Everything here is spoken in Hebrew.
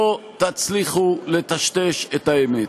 לא תצליחו לטשטש את האמת.